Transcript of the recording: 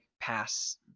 pass